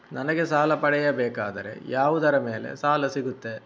ನನಗೆ ಸಾಲ ಪಡೆಯಬೇಕಾದರೆ ಯಾವುದರ ಮೇಲೆ ಸಾಲ ಸಿಗುತ್ತೆ?